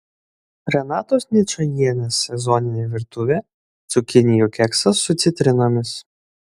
renatos ničajienės sezoninė virtuvė cukinijų keksas su citrinomis